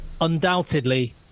undoubtedly